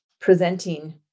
presenting